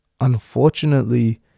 unfortunately